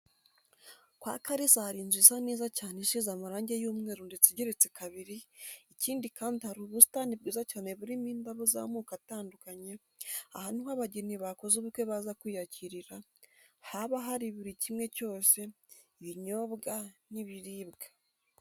Kwa Kalisa hari inzu isa neza cyane isize amarangi y'umweru ndetse igeretse kabiri, ikindi kandi hari ubusitani bwiza cyane burimo indabo z'amoko atandukanye, aha niho abageni bakoze ubukwe baza kwiyakirira, haba hari buri kimwe cyose, ibinyobwa, n'ibiribwa.